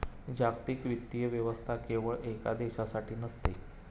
जागतिक वित्तीय व्यवस्था केवळ एका देशासाठी नसते